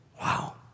Wow